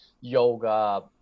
yoga